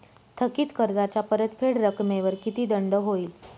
थकीत कर्जाच्या परतफेड रकमेवर किती दंड होईल?